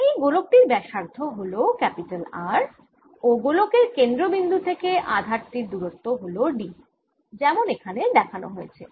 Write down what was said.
এই গোলক টির ব্যসার্ধ হল R ও গোলকের কেন্দ্র বিন্দু থেকে আধান টির দূরত্ব হল d যেমন এখানে দেখান হয়েছে